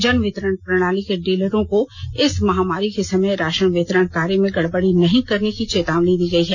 जनवितरण प्रणाली के डीलरों को इस महामारी के समय राषन वितरण कार्य में गड़बड़ी नहीं करने की चेतावनी दी गई है